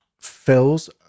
fills